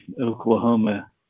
Oklahoma